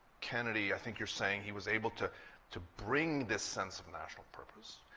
kennedy, i think you're saying, he was able to to bring this sense of national purpose,